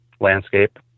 landscape